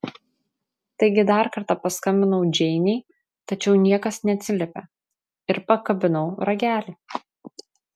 taigi dar kartą paskambinau džeinei tačiau niekas neatsiliepė ir pakabinau ragelį